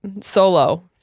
solo